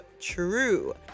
true